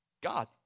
God